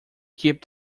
keep